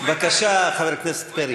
בבקשה, חבר הכנסת פרי.